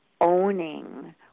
owning